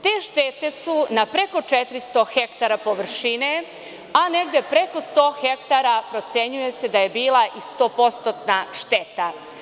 Te štete su na preko 400 hektara površine, a negde preko 100 hektara procenjuje se da je bila i stopostotna šteta.